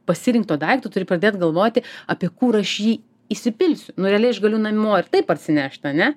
pasirinkto daikto turi pradėt galvoti apie kur aš jį įsipilsiu nu realiai aš galiu namo parsinešt ane